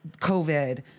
COVID